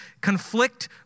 conflict